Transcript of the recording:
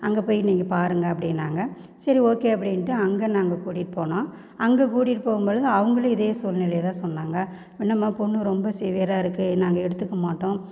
அங்கே போய் நீங்கள் பாருங்கள் அப்படின்னாங்க சரி ஓகே அப்படின்ட்டு அங்கே நாங்கள் கூட்டிகிட்டு போனோம் அங்கே கூட்டிகிட்டு போம்பொழுது அவங்களும் இதே சூழ்நிலையதான் சொன்னாங்க என்னம்மா பொண்ணு ரொம்ப சிவியராக இருக்கு நாங்கள் எடுத்துக்க மாட்டோம்